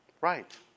Right